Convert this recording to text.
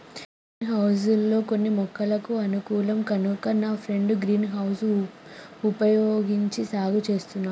green house లో కొన్ని మొక్కలకు అనుకూలం కనుక నా ఫ్రెండు గ్రీన్ హౌస్ వుపయోగించి సాగు చేస్తున్నాడు